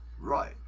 Right